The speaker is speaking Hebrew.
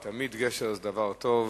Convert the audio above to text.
תמיד גשר זה משהו טוב.